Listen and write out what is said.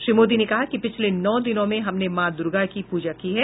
श्री मोदी ने कहा कि पिछले नौ दिनों में हमने माँ दुर्गा की पूजा की है